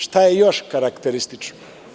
Šta je još karakteristično?